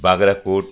Bagrakot